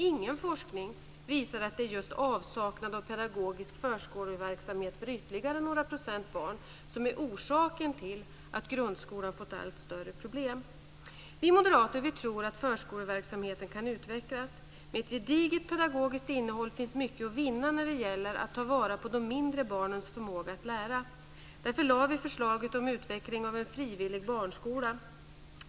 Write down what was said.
Ingen forskning visar att det är just avsaknaden av pedagogisk förskoleverksamhet för ytterligare några procent barn som är orsaken till att grundskolan har fått allt större problem. Vi moderater tror att förkoleverksamheten kan utvecklas. Med ett gediget pedagogiskt innehåll finns det mycket att vinna när det gäller att ta vara på de mindre barnens förmåga att lära. Därför lade vi förslaget om utveckling av en frivillig barnskola.